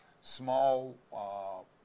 small